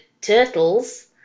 turtles